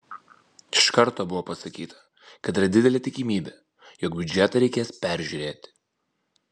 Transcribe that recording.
iš karto buvo pasakyta kad yra didelė tikimybė jog biudžetą reikės peržiūrėti